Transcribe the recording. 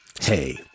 Hey